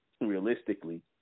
realistically